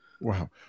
Wow